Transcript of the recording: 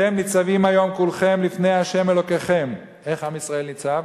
"אתם נצבים היום כֻלכם לפני השם אלֹקיכם" איך עם ישראל ניצב?